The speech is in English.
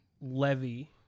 levy